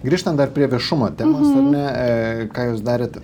grįžtant dar prie viešumo temos ane ką jūs darėt